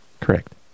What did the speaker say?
Correct